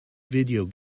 video